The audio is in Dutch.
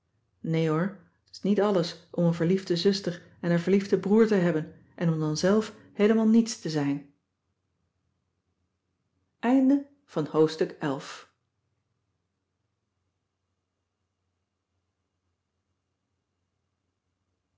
nee hoor t is niet alles om een verliefde zuster en een verliefden broer te hebben en om dan zelf heelemaal niets te zijn cissy van